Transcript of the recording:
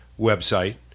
website